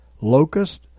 locust